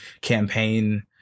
campaign